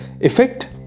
effect